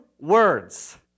words